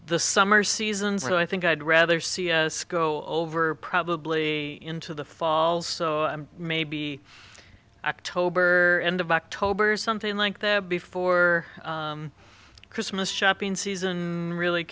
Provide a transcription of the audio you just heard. the summer season so i think i'd rather see go over probably into the fall so maybe october end of october or something like that before christmas shopping season really